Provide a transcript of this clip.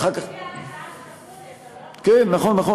מידע דחוי, אתה לא יכול, כן, נכון.